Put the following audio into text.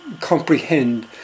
comprehend